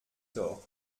tort